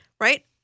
Right